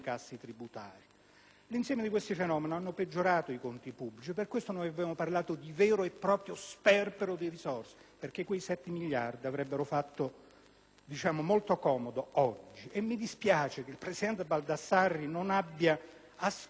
L'insieme di queste misure ha peggiorato i nostri conti pubblici. Per questo abbiamo parlato di vero e proprio sperpero di risorse: quei 7 miliardi avrebbero fatto molto comodo oggi. Mi dispiace che il presidente Baldassarri non abbia ascoltato